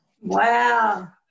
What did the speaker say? Wow